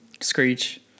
Screech